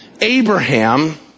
Abraham